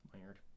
Weird